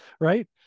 right